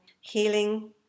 Healing